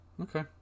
Okay